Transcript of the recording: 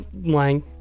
Lang